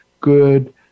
Good